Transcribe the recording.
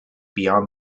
beyond